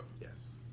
Yes